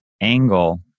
angle